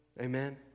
Amen